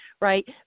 right